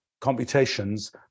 computations